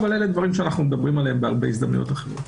אלה דברים שאנחנו מדברים עליהם בהזדמנויות רבות אחרות,